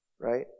right